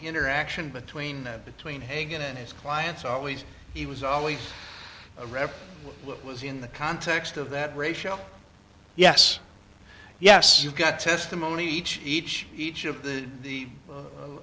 interaction between between hagen and his clients always he was always ready what was in the context of that ratio yes yes you've got testimony each each each of the the